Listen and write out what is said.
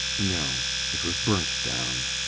no, it was burnt down.